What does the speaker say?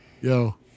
yo